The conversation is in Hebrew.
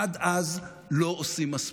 עד אז, לא עושים מספיק.